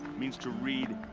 means to read.